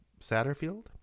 Satterfield